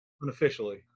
Unofficially